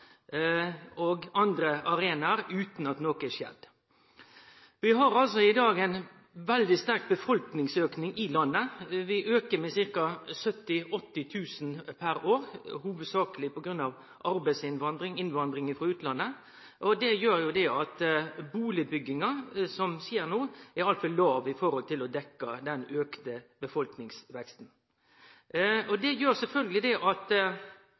på andre arenaer – utan at noko har skjedd. Vi har i dag ein veldig sterk befolkningsauke i landet. Befolkninga aukar med ca. 70 000–80 000 per år, hovudsakleg på grunn av arbeidsinnvandring og innvandring frå utlandet, og det gjer at den bustadbygginga som skjer no, er altfor låg til å dekke den auka befolkningsveksten. Det gjer sjølvsagt at ein får stigande bustadprisar og